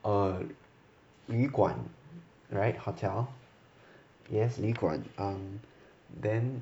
err 旅馆 [right] hotel yes 旅馆 um then